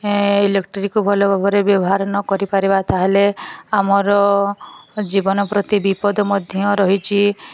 ଏ ଇଲେକ୍ଟ୍ରିକୁ ଭଲ ଭାବରେ ବ୍ୟବହାର ନକରି ପାରିବା ତାହେଲେ ଆମର ଜୀବନ ପ୍ରତି ବିପଦ ମଧ୍ୟ ରହିଛି